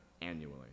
annually